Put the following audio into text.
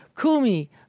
kumi